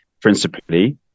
principally